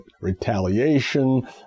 retaliation